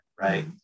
right